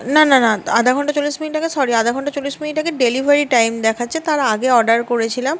না না না আধা ঘন্টা চল্লিশ মিনিট আগে সরি আধা ঘন্টা চল্লিশ মিনিট আগে ডেলিভারি টাইম দেখাচ্ছে তার আগে অর্ডার করেছিলাম